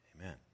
Amen